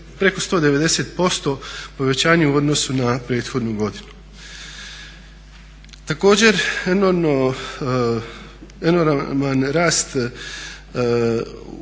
preko 190% povećanje u odnosu na prethodnu godinu. Također enorman rast